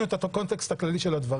את הקונטקסט הכללי של הדברים.